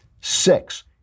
Six